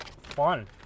fun